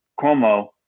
Cuomo